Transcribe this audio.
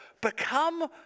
become